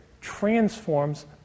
transforms